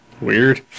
Weird